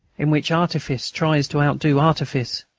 in which artifice tries to outdo artifice,